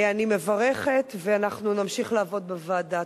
אני מברכת, ואנחנו נמשיך לעבוד בוועדה.